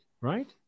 right